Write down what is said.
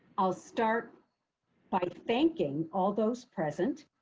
i'll start by thanking all those present,